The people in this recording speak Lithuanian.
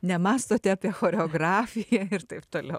nemąstote apie choreografiją ir taip toliau